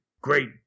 great